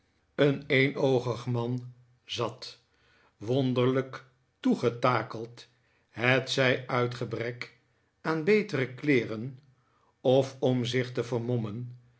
een eenoogig man zat wonderlijk toegetakeld hetzij uit gebrek aan betere kleeren of om zich te vermommen